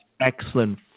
excellent